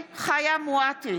נגד פטין